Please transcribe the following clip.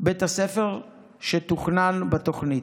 בית הספר שתוכנן בתוכנית.